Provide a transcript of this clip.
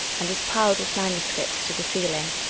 and was piled with manuscripts to the ceiling.